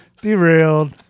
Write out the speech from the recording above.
Derailed